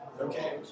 okay